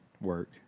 work